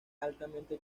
altamente